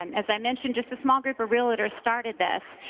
um as i mentioned just a small group of realtors started this.